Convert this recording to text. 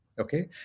okay